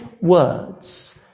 words